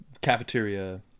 cafeteria